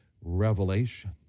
revelation